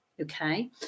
okay